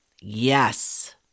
Yes